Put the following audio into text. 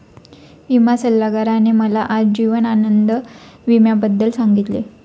विमा सल्लागाराने मला आज जीवन आनंद विम्याबद्दल सांगितले